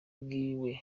bwiwe